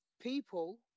people